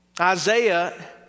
Isaiah